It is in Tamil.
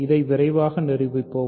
இதை விரைவாக நிரூபிப்போம்